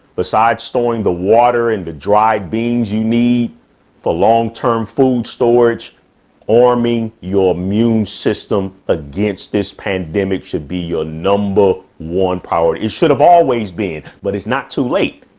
besides storing the water and the dry beans you need for longterm food storage or mean your immune system against this pandemic should be your number one priority. it should have always been, but it's not too late.